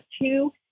two